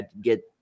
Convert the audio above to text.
get